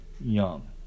young